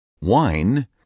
Wine